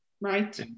right